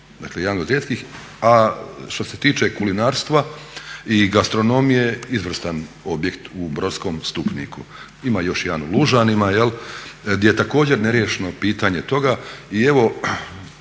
Dakle jedan je rijetkih. Što se tiče kulinarstva i gastronomije izvrstan objekt u Brodskom Stupniku, ima još jedan u Lužanima gdje je također neriješeno pitanje toga.